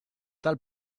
tal